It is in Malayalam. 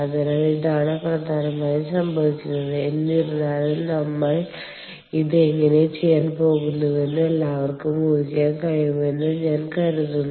അതിനാൽ ഇതാണ് പ്രധാനമായും സംഭവിക്കുന്നത് എന്നിരുന്നാലും നമ്മൾ ഇത് എങ്ങനെ ചെയ്യാൻ പോകുന്നുവെന്ന് എല്ലാവർക്കും ഊഹിക്കാൻ കഴിയുമെന്ന് ഞാൻ കരുതുന്നു